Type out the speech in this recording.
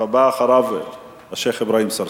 הבא אחריו, השיח' אברהים צרצור.